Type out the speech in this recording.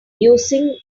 using